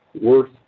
worth